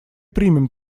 примем